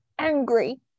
angry